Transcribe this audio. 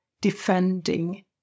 defending